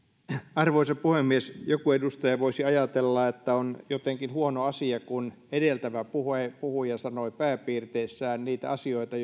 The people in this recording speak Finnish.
arvoisa puhemies joku edustaja voisi ajatella että on jotenkin huono asia kun edeltävä puhuja sanoi pääpiirteissään niitä asioita